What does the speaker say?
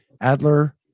Adler